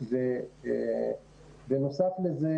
בנוסף לזה